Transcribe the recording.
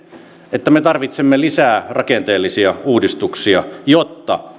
että me tarvitsemme lisää rakenteellisia uudistuksia jotta